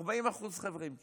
40% חבר'ה עם כיפות.